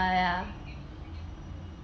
ya